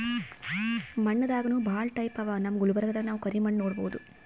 ಮಣ್ಣ್ ದಾಗನೂ ಭಾಳ್ ಟೈಪ್ ಅವಾ ನಮ್ ಗುಲ್ಬರ್ಗಾದಾಗ್ ನಾವ್ ಕರಿ ಮಣ್ಣ್ ನೋಡಬಹುದ್